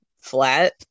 flat